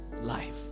life